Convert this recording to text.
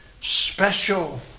special